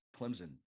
Clemson